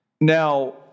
Now